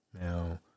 Now